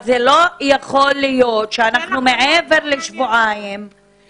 זה לא יכול להיות שאנחנו מעבר לשבועיים,